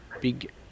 big